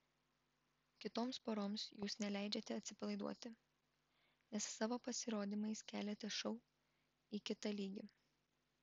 kitoms poroms jūs neleidžiate atsipalaiduoti nes savo pasirodymais keliate šou į kitą lygį